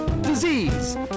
disease